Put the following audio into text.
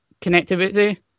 connectivity